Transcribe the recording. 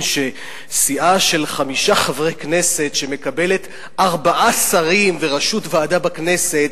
שאם סיעה של חמישה חברי כנסת מקבלת ארבעה שרים וראשות ועדה בכנסת